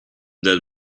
dead